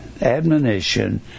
admonition